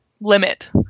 limit